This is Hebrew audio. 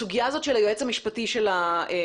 הסוגיה הזו של היועץ המשפטי של העירייה,